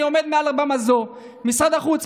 אני עומד מעל במה זו: משרד החוץ,